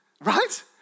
Right